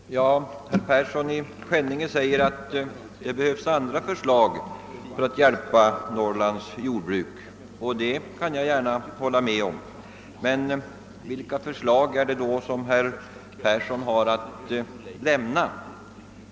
Herr talman! Herr Persson i Skänninge säger att det behövs andra åtgärder för att hjälpa Norrlands jordbruk. Det kan jag gärna hålla med om. Men vilka förslag har herr Persson då att komma med?